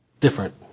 different